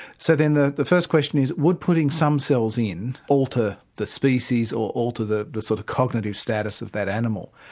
so then the the first question is would putting some cells in alter the species or alter the the sort of cognitive status of that animal?